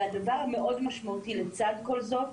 הדבר המאוד המשמעותי לצד כל זה,